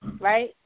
Right